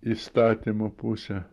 įstatymo pusė